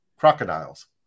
Crocodiles